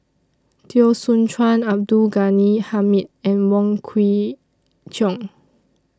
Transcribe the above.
Teo Soon Chuan Abdul Ghani Hamid and Wong Kwei Cheong